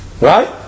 Right